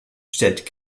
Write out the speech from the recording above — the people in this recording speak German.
stellt